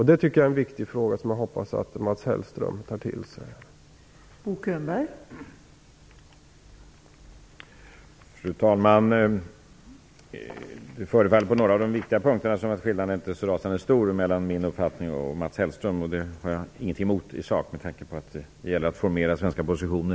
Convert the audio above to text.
Det tycker jag är en viktig fråga, och jag hoppas Mats Hellström tar till sig detta.